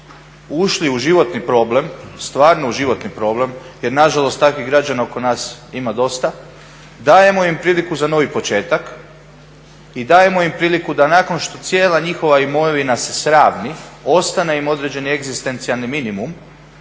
ušli u životni problem, stvarno u životni problem, jer na žalost takvih građana oko nas ima dosta. Dajemo im priliku za novi početak i dajemo im priliku da nakon što cijela njihova imovina se sravni ostane im određeni egzistencijalni minimum,